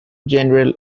general